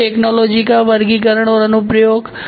group technology का वर्गीकरण और अनुप्रयोग